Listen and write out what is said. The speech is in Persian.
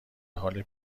حال